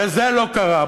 וזה לא קרה.